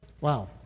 Wow